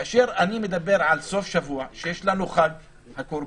כאשר אני מדבר על סוף שבוע שיש לנו חג הקורבן,